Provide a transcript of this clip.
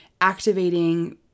activating